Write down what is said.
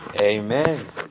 Amen